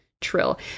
trill